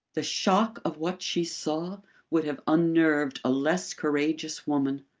the shock of what she saw would have unnerved a less courageous woman.